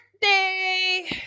birthday